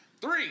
Three